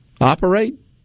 operate